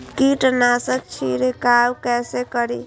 कीट नाशक छीरकाउ केसे करी?